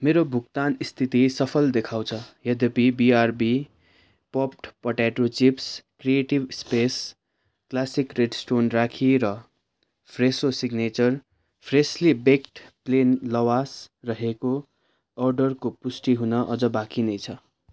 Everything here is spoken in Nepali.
मेरो भुक्तान स्थिति सफल देखाउँछ यद्यपि BRB popped potato chips creative space classic red stone rakhi र Fresho signature freshly baked plain lavash रहेको अर्डरको पुष्टि हुन अझ बाँकी नै छ